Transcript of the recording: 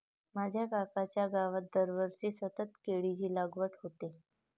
माझ्या काकांच्या गावात दरवर्षी सतत केळीची लागवड होते